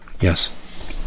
yes